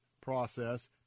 process